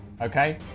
Okay